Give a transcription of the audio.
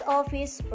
office